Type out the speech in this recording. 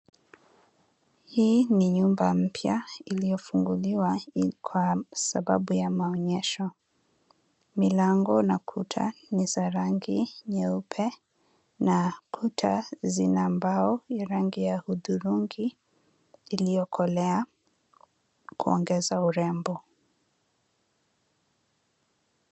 Hii ni nyumba mpya iliyofunguliwa ili kwa sababu ya maonyesho. Milango na kuta ni za rangi nyeupe na kuta zina mbao ya rangi ya hudhurungi iliyokolea kuongeza urembo.